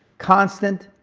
constant,